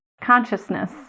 consciousness